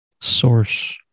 source